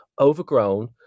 overgrown